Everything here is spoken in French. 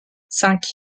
cinq